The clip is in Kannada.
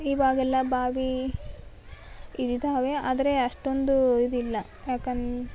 ಇವಾಗೆಲ್ಲ ಬಾವಿ ಇದ್ದಿದಾವೆ ಆದರೆ ಅಷ್ಟೊಂದು ಇದು ಇಲ್ಲ ಯಾಕಂದ